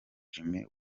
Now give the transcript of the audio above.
jimmy